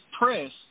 press